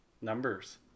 Numbers